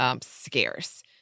scarce